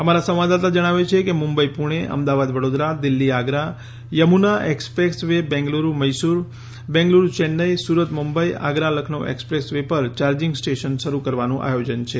અમારા સંવાદદાતા જણાવે છે કે Mumbai Pune Ahmedabad Vadodara Delhi Agra Yamuna expressway Bengaluru Mysuru Bengaluru Chennai Surat Mumbai Agra Lucknow expressway પર ચાર્જિંગ સ્ટેશન શરૂ કરવાનું આયોજન છે